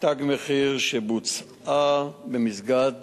"תג מחיר" שבוצעה במסגד